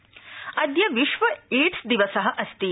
H दिवस अद्य विश्व एइस दिवस अस्ति